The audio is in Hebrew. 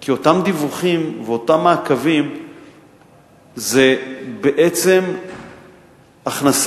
כי אותם דיווחים ואותם מעקבים זה בעצם הכנסת